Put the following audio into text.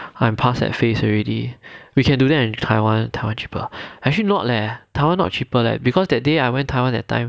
I am past that phase already we can do then in taiwan taiwan cheaper actually not leh taiwan not cheaper leh because that day I went taiwan that time